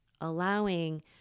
allowing